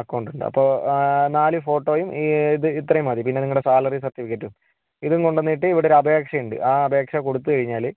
account ഉണ്ട് അപ്പോൾ നാലു ഫോട്ടോയും ഈ ഇത് ഇത്രയും മതി പിന്നെ നിങ്ങളുടെ സാലറി സർട്ടിഫിക്കറ്റും ഇതും കൊണ്ടു വന്നിട്ട് ഇവിടൊരു അപേക്ഷയുണ്ട് ആ അപേക്ഷ കൊടുത്തു കഴിഞ്ഞാല്